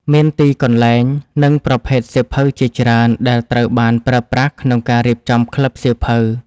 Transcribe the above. មានទីកន្លែង និងប្រភេទសៀវភៅជាច្រើនដែលត្រូវបានប្រើប្រាស់ក្នុងការរៀបចំក្លឹបសៀវភៅ។